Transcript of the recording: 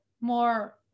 more